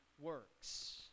works